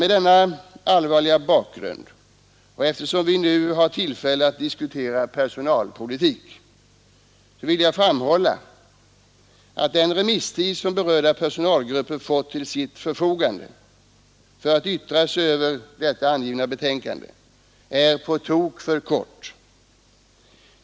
Med denna allvarliga bakgrund och eftersom vi nu har tillfälle att diskutera personalpolitik vill jag framhålla, att den remisstid som berörda personalgrupper fått till sitt förfogande för att yttra sig över det angivna betänkandet är på tok för kort.